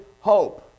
hope